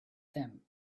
them